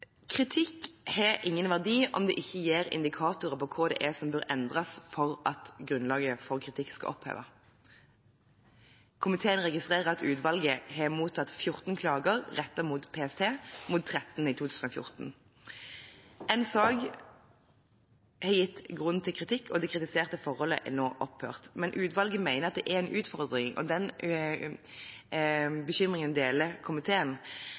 Kritikk har ingen verdi om den ikke gir indikatorer på hva som bør endres for at grunnlaget for kritikk skal opphøre. Komiteen registrerer at utvalget har mottatt 14 klager rettet mot PST, mot 13 i 2014. En sak har gitt grunn til kritikk, og det kritiserte forholdet er nå opphørt. Utvalget mener at det er en utfordring – og den bekymringen deler komiteen